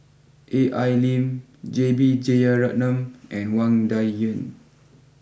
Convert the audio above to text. A I Lim J B Jeyaretnam and Wang Dayuan